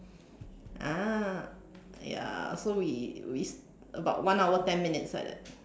ah ya so we we about one hour ten minutes like that